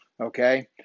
Okay